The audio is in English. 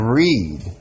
read